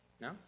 No